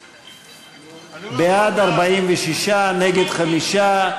בעד, 46, נגד 5,